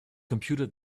computed